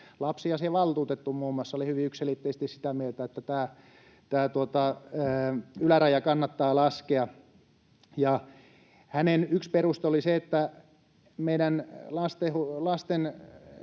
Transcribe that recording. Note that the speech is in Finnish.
Lapsiasiavaltuutettu muun muassa oli hyvin yksiselitteisesti sitä mieltä, että tämä yläraja kannattaa laskea, ja hänen yksi perusteensa oli se, että meidän